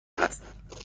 است